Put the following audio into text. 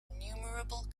innumerable